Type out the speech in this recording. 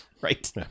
Right